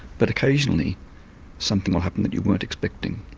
but occasionally something will happen that you weren't expecting,